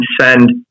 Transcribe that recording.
send